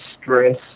Stress